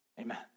Amen